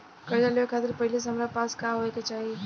कर्जा लेवे खातिर पहिले से हमरा पास का होए के चाही?